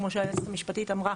כמו שהיועצת המשפטית אמרה,